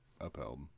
upheld